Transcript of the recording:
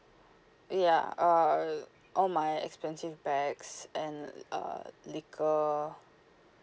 ya uh all my expensive bags and uh liquor